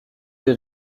des